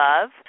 Love